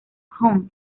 jung